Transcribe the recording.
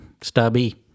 stubby